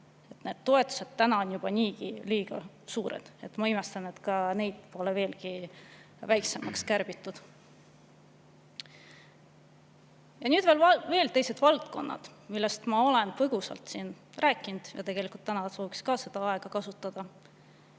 need toetused on juba niigi liiga suured. Ma imestan, et ka neid pole veelgi väiksemaks kärbitud. Ja nüüd veel mõned valdkonnad, millest ma olen juba põgusalt rääkinud. Tegelikult täna sooviks seda aega kasutada